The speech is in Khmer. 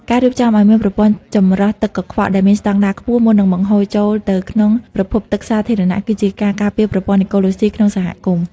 ការរៀបចំឱ្យមានប្រព័ន្ធចម្រោះទឹកកខ្វក់ដែលមានស្ដង់ដារខ្ពស់ មុននឹងបង្ហូរចូលទៅក្នុងប្រភពទឹកសាធារណៈ គឺជាការការពារប្រព័ន្ធអេកូឡូស៊ីក្នុងសហគមន៍។